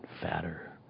fatter